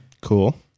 Cool